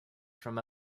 from